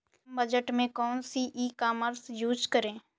कम budget में कौन सी ई कॉमर्स यूज़ करें?